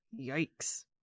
Yikes